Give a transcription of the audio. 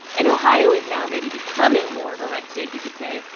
and ohio is now maybe becoming more of a red state, you could say.